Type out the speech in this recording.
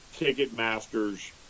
Ticketmaster's